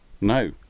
No